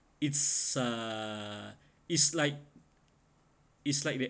it's uh it's like it's like that